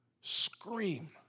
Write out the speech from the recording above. scream